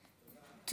לא.